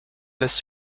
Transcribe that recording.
lässt